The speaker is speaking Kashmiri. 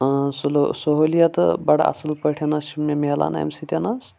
سہوٗلیَتہٕ بَڑٕ اَصٕل پٲٹھۍ حظ چھِ مےٚ مِلان اَمہِ سۭتۍ حظ تہٕ